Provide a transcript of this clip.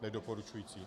Nedoporučující.